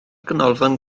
ganolfan